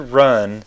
run